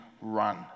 run